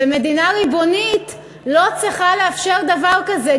ומדינה ריבונית לא צריכה לאפשר דבר כזה,